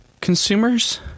consumers